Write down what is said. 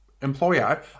Employer